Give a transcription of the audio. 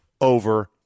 over